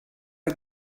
you